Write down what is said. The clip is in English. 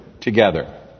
together